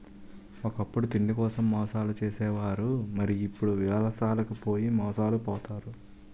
ఒకప్పుడు తిండికోసం మోసాలు చేసే వారు మరి ఇప్పుడు విలాసాలకు పోయి మోసాలు పోతారు